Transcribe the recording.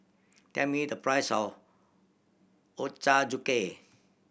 tell me the price of Ochazuke